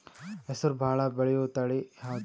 ಹೆಸರು ಭಾಳ ಬೆಳೆಯುವತಳಿ ಯಾವದು?